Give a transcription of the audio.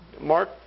Mark